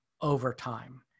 overtime